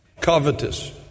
covetous